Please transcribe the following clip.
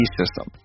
system